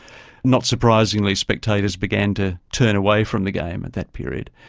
not surprisingly, spectators began to turn away from the game at that period.